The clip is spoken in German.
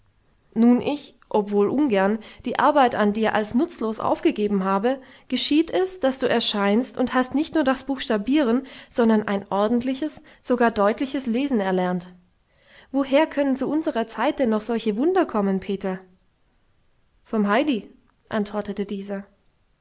nun ich obwohl ungern die arbeit an dir als nutzlos aufgegeben habe geschieht es daß du erscheinst und hast nicht nur das buchstabieren sondern ein ordentliches sogar deutliches lesen erlernt woher können zu unserer zeit denn noch solche wunder kommen peter vom heidi antwortete dieser